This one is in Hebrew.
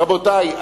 רבותי,